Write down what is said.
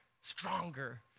stronger